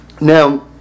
Now